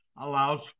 allows